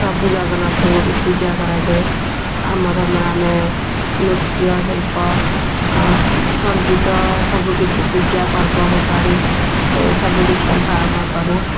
ପ୍ରଭୁ ଜଗନ୍ନାଥଙ୍କୁ ବି ପୂଜା କରାଯାଏ ଆମ ଧର୍ମରେ ଆମେ ନୃତ୍ୟ ଶିଳ୍ପ ଆଉ ସଙ୍ଗୀତ ସବୁ କିଛି ପୂଜା ପର୍ବପର୍ବାଣୀ ସବୁ କିଛି ଆମେ ପାଳନ କରୁ